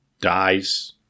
dies